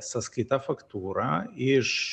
sąskaita faktūra iš